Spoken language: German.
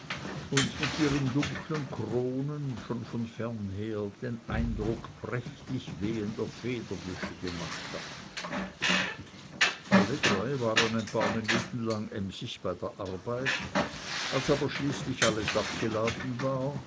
und mit ihren dunklen kronen schon von fern her den eindruck prächtig wehender federbüsche gemacht hatten alle drei waren ein paar minuten lang emsig bei der arbeit als aber schließlich alles abgeladen war